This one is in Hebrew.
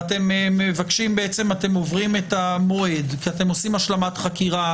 ואתם עוברים את המועד כי אתם עושים השלמת חקירה,